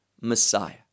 messiah